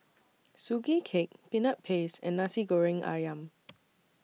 Sugee Cake Peanut Paste and Nasi Goreng Ayam